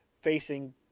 facing